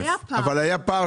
היה פער.